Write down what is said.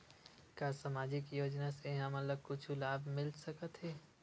का सामाजिक योजना से हमन ला कुछु लाभ मिल सकत हे?